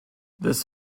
this